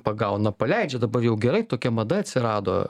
pagauna paleidžia dabar jau gerai tokia mada atsirado